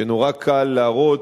שנורא קל להראות,